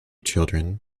children